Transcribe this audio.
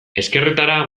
ezkerretara